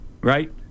Right